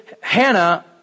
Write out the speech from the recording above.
Hannah